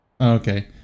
Okay